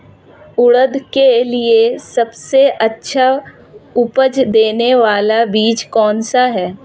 उड़द के लिए सबसे अच्छा उपज देने वाला बीज कौनसा है?